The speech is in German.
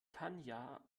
tanja